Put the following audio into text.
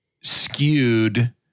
skewed